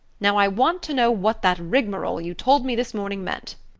now i want to know what that rigmarole you told me this morning meant.